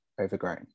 Overgrown